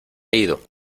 ido